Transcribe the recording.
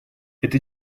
это